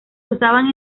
usaban